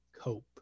cope